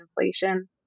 inflation